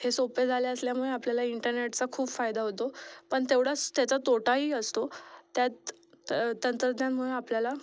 हे सोप्पे झाले असल्यामुळे आपल्याला इंटरनेटचा खूप फायदा होतो पण तेवढाच त्याचा तोटाही असतो त्यात त तंत्रज्ञानामुळे आपल्याला